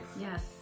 Yes